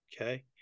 okay